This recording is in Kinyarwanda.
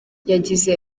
yagize